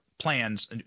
plans